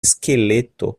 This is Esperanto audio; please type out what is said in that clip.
skeleto